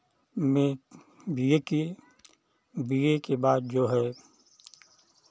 में B A किये B A के बाद जो है